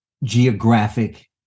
Geographic